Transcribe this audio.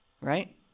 right